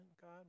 God